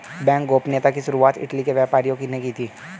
bank गोपनीयता की शुरुआत इटली के व्यापारियों ने की थी